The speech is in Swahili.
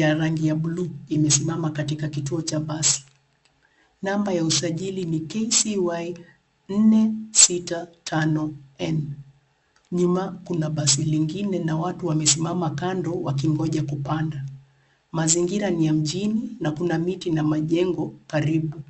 ya rangi ya bluu imesimama katika kituo cha basi. Namba ya usajili ni KCY 465N. Nyuma kuna basi lingine na watu wamesimama kando wakingoja kupanda. Mazingira ni ya mjini na kuna miti na majengo karibu.